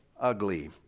ugly